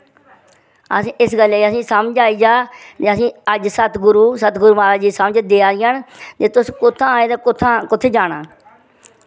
असें इस गल्ले दी असें समझ आई जा जे असें अज्ज सतगुरु सतगुरु बाबा जी समझ दिया दियां न जे तुस कुत्थां आए जां कुत्थां कुत्थै जाना